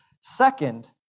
Second